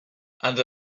and